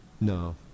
No